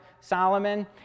Solomon